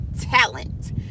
talent